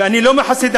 שאני לא מחסידיו,